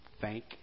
Thank